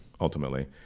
ultimately